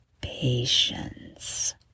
patience